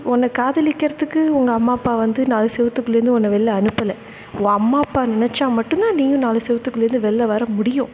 உன்ன காதலிக்கிறத்துக்கு உங்கள் அம்மா அப்பா வந்து நாலு செவத்துக்குள்லேருந்து உன்ன வெளில அனுப்பலை உன் அம்மா அப்பா நெனைச்சா மட்டும் தான் நீயும் நாலு செவத்துக்குள்லேருந்து வெளில வர முடியும்